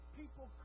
people